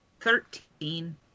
Thirteen